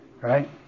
Right